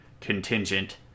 contingent